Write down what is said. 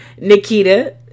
Nikita